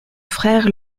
frère